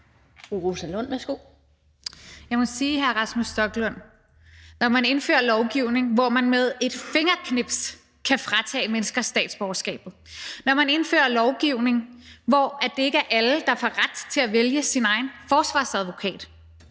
Jeg må sige til hr. Rasmus Stoklund, at når man indfører lovgivning, hvor man med et fingerknips kan fratage mennesker statsborgerskabet; når man indfører lovgivning, hvor det ikke er alle, der får ret til at vælge deres egen forsvarsadvokat;